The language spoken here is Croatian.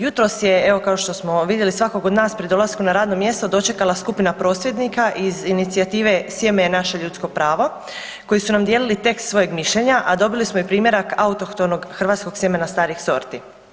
Jutros je evo, kao što smo vidjeli, svakog od nas pri dolasku na radno mjesto, dočekala skupina prosvjednika iz inicijative „Sjeme je naše ljudsko pravo“, koji su nam dijelili tekst svojeg mišljenja a dobili i primjerak autohtonog hrvatskog sjemena starih sorti.